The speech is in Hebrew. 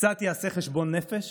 קצת יעשה חשבון נפש